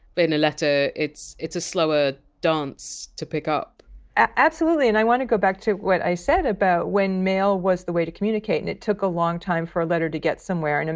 a letter it's it's a slower dance to pick up absolutely and i want to go back to what i said about when mail was the way to communicate and it took a long time for a letter to get somewhere. and and